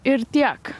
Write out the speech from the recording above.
ir tiek